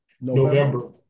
November